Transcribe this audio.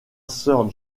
sir